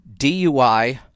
DUI